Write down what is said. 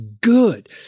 good